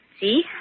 See